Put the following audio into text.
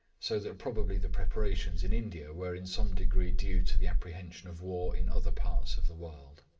so that probably the preparations in india were in some degree due to the apprehension of war in other parts of the world.